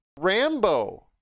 Rambo